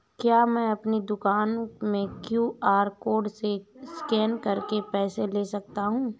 क्या मैं अपनी दुकान में क्यू.आर कोड से स्कैन करके पैसे ले सकता हूँ?